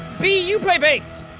bea, you play bass.